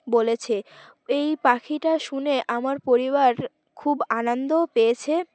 বলেছে এই পাখিটা শুনে আমার পরিবার খুব আনন্দও পেয়েছে